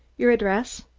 your address?